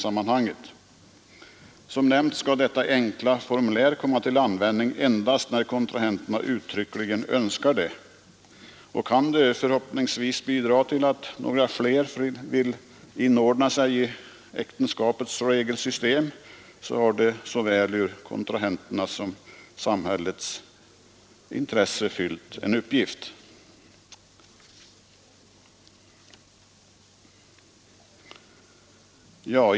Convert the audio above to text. Som nämnts skall detta enkla formulär komma till användning endast när kontrahenterna uttryckligen önskar det. Kan det förhoppningsvis bidra till att några fler väljer att inordna sig i äktenskapets regelsystem, har det ur såväl kontrahenternas som samhällets intresse fyllt en uppgift.